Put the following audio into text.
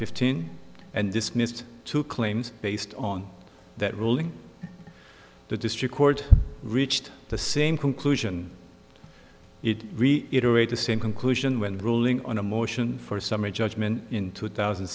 fifteen and dismissed two claims based on that ruling the district court reached the same conclusion it the same conclusion when ruling on a motion for summary judgment in two thousand